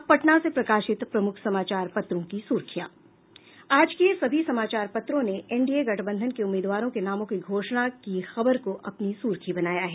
अब पटना से प्रकाशित प्रमुख समाचार पत्रों की सुर्खियां आज के सभी समाचार पत्रों ने एनडीए गठबंधन के उम्मीदवारों के नामों की घोषणा की खबर को अपनी सुर्खी बनाया है